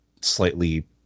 slightly